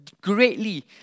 greatly